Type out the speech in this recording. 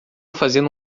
fazendo